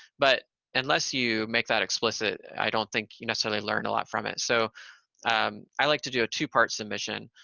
but unless you make that explicit, i don't think you necessarily learn a lot from it. so um i like to do a two-part submission,